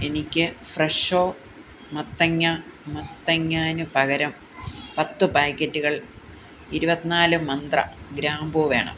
എനിക്ക് ഫ്രെഷോ മത്തങ്ങ മത്തങ്ങാന് പകരം പത്ത് പാക്കറ്റുകൾ ഇരുപത് നാല് മന്ത്ര ഗ്രാമ്പൂ വേണം